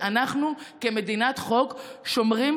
ואנחנו כמדינת חוק שומרים